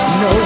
no